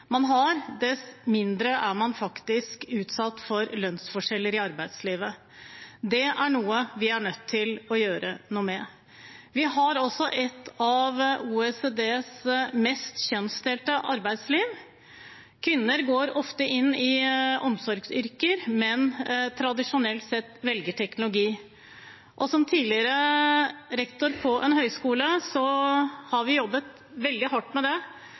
noe vi er nødt til å gjøre noe med. Vi har også et av OECDs mest kjønnsdelte arbeidsliv. Kvinner går ofte inn i omsorgsyrker, menn velger tradisjonelt sett teknologi. Som tidligere rektor på en høyskole kan jeg si at vi har jobbet veldig hardt med det.